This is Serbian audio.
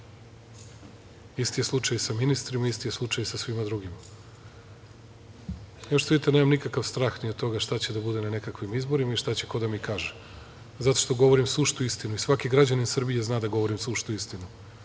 isti je slučaj sa ministrima, isti je slučaj sa svima drugima. Kao što vidite, nemam nikakav strah ni od toga šta će da bude na nekakvim izborima i šta će ko da mi kaže zato što govorim suštu istinu i svaki građanin Srbije zna da govorim suštu istinu,